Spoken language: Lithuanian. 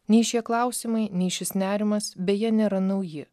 nei šie klausimai nei šis nerimas beje nėra nauji